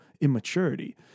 immaturity